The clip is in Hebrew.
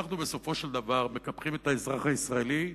אנחנו בסופו של דבר מקפחים את האזרח הישראלי,